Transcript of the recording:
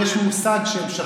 יש מושג שהם שכחו.